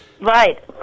Right